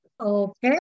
Okay